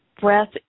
Breath